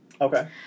Okay